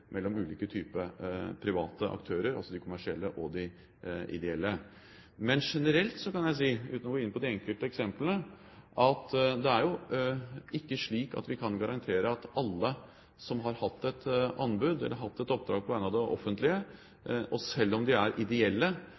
mellom ulike typer private aktører, altså de kommersielle og de ideelle. Men generelt kan jeg si, uten å gå inn på de enkelte eksemplene, at det jo ikke er slik at vi kan garantere at alle som har hatt et oppdrag på vegne av det offentlige, selv om de er ideelle